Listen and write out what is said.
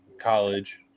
college